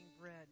bread